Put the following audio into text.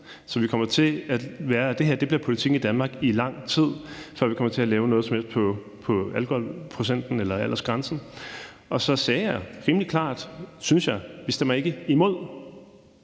Det her bliver politikken i Danmark i lang tid, før vi kommer til at lave noget som helst i forhold til alkoholprocenten eller aldersgrænsen. Og så sagde jeg rimelig klart, synes jeg, at vi ikke